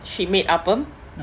she made appam